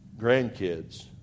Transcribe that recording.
grandkids